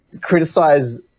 criticize